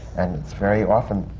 and very often,